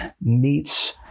meets